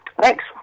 Thanks